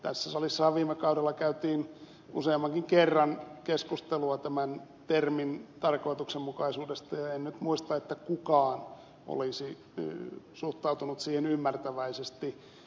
tässä salissahan viime kaudella käytiin useammankin kerran keskustelua tämän termin tarkoituksenmukaisuudesta ja en nyt muista että kukaan olisi suhtautunut siihen ymmärtäväisesti